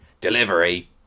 Delivery